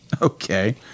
Okay